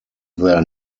their